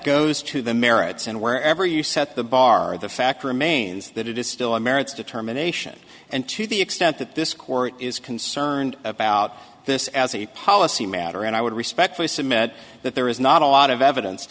goes to the merits and wherever you set the bar the fact remains that it is still a merits determination and to the extent that this court is concerned about this as a policy matter and i would respectfully submit that there is not a lot of evidence